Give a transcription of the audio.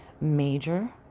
major